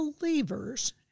believers